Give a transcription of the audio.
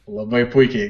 labai puikiai